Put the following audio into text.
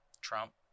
Trump